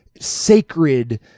sacred